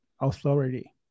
authority